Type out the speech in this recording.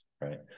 right